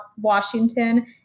Washington